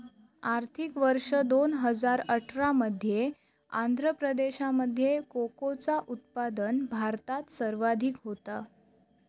आर्थिक वर्ष दोन हजार अठरा मध्ये आंध्र प्रदेशामध्ये कोकोचा उत्पादन भारतात सर्वाधिक होता